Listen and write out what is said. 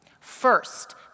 First